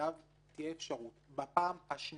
שלחייב תהיה אפשרות בפעם השנייה,